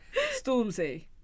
Stormzy